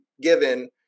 given